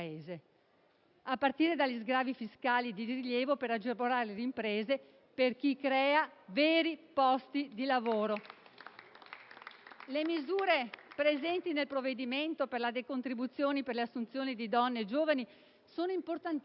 a partire dagli sgravi fiscali di rilievo per agevolare le imprese e per chi crea veri posti di lavoro. Le misure presenti nel provvedimento per la decontribuzione per le assunzioni di donne e giovani sono importantissime,